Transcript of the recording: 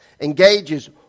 Engages